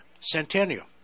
Centennial